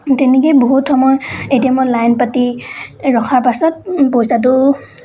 তেনেকেই বহুত সময় এ টি এমত লাইন পাতি ৰখাৰ পাছত পইচাটো